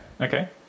okay